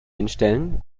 hinstellen